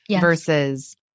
versus